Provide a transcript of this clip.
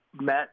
Met